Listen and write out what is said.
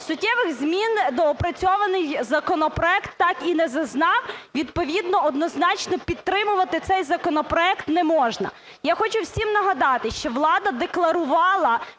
Суттєвих змін доопрацьований законопроект так і не зазнав, відповідно однозначно підтримувати цей законопроект не можна. Я хочу всім нагадати, що влада декларувала